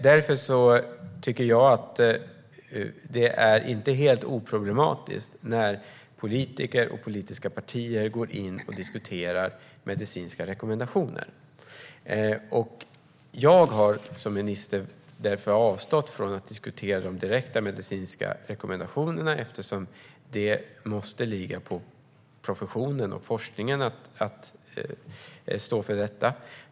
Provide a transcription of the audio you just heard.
Därför tycker jag att det inte är helt oproblematiskt när politiker och politiska partier går in och diskuterar medicinska rekommendationer. Som minister har jag avstått från att diskutera de direkta medicinska rekommendationerna, eftersom det måste ligga på professionen och forskningen att stå för dem.